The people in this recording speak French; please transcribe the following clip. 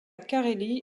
carélie